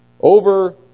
over